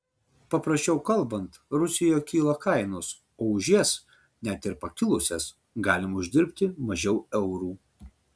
paprasčiau kalbant rusijoje kyla kainos o už jas net ir pakilusias galima uždirbti mažiau eurų